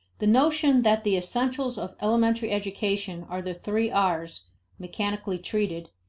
the notion that the essentials of elementary education are the three r's mechanically treated,